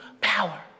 power